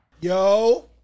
Yo